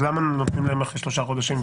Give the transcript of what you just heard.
אז למה נותנים להם אחרי שלושה חודשים?